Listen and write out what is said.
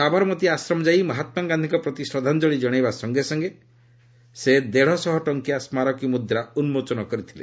ସାବରମତୀ ଆଶ୍ରମ ଯାଇ ମହାତ୍ମାଗାନ୍ଧିଙ୍କ ପ୍ରତି ଶ୍ରଦ୍ଧାଞ୍ଜଳି ଜଣାଇବା ସଙ୍ଗେ ସଙ୍ଗେ ସେ ଦେଢ଼ଶହ ଟଙ୍କିଆ ସ୍କାରକୀ ମୁଦ୍ରା ଉନ୍କୋଚନ କରିଥିଲେ